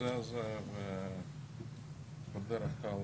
בנושא הזה ובדרך כלל